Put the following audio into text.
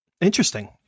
interesting